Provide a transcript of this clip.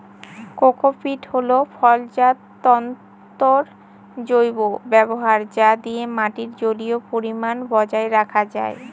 cocopeat হল ফলজাত তন্তুর জৈব ব্যবহার যা দিয়ে মাটির জলীয় পরিমান বজায় রাখা যায়